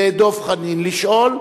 לדב חנין לשאול,